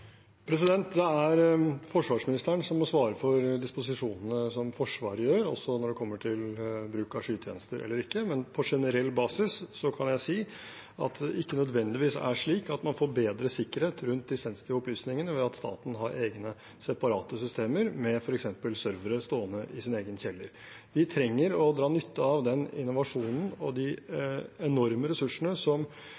Det er forsvarsministeren som må svare for disposisjonene som Forsvaret gjør, også når det kommer til bruk av skytjenester eller ikke, men på generell basis kan jeg si at det ikke nødvendigvis er slik at man får bedre sikkerhet rundt de sensitive opplysningene ved at staten har egne, separate systemer, f.eks. med servere stående i sin egen kjeller. Vi trenger å dra nytte av den innovasjonen og de